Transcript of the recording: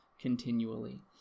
continually